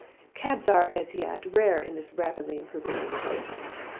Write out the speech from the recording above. cabs are, as yet, rare in this rapidly improving neighborhood.